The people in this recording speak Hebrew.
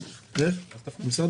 יש פה מישהו ממשרד